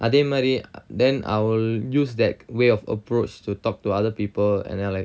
அதே மாறி:athe maari then I will use that way of approach to talk to other people and then like